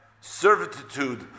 servitude